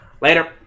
Later